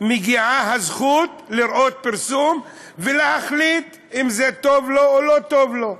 מגיעה הזכות לראות פרסום ולהחליט אם זה טוב לו או לא טוב לו.